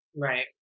Right